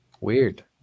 weird